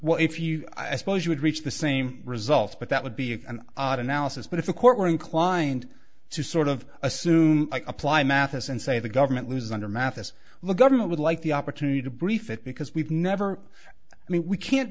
well if you i suppose you would reach the same result but that would be a an odd analysis but if the court were inclined to sort of assume apply matheson say the government loses under mathis the government would like the opportunity to brief it because we've never i mean we can't